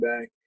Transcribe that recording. back